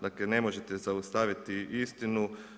Dakle, ne možete zaustaviti istinu.